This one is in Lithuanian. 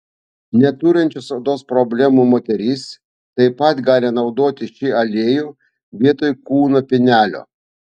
neturinčios odos problemų moterys taip pat gali naudoti šį aliejų vietoj kūno pienelio